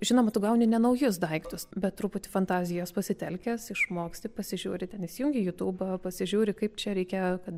žinoma tu gauni nenaujus daiktus bet truputį fantazijos pasitelkęs išmoksti pasižiūri ten įsijungi jutūbą pasižiūri kaip čia reikia kad